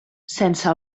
sense